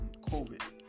COVID